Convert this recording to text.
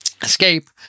escape